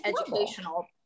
educational